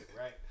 right